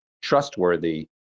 trustworthy